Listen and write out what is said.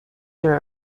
there